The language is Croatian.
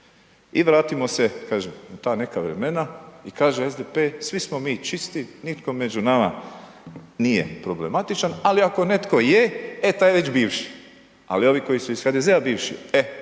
I vratimo se kažem u ta neka vremena i kaže SDP svi smo mi čisti, nitko među nama nije problematičan, ali ako netko je, e taj je već bivši, ali ovi koji su iz HDZ-a bivši, e